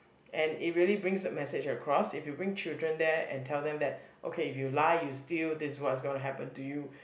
and it really brings a message across if you bring children there and tell them that okay if you lie you steal this what's gonna happen to you